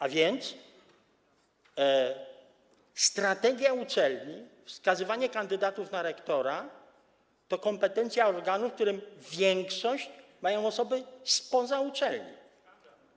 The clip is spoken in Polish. A więc strategia uczelni, wskazywanie kandydatów na rektora to kompetencje organu, w którym większość mają mieć osoby spoza uczelni.